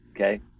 okay